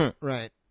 Right